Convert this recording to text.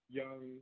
young